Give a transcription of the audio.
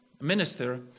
minister